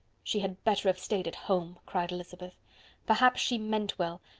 she had better have stayed at home, cried elizabeth perhaps she meant well,